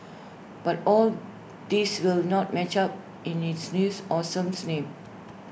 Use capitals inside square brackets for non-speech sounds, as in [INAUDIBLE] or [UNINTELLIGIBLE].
but all these will not match up in its new awesome [UNINTELLIGIBLE] name